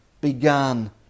began